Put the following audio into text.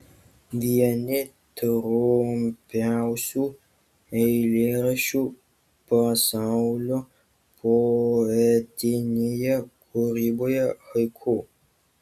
vieni trumpiausių eilėraščių pasaulio poetinėje kūryboje haiku